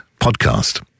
podcast